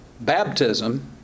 baptism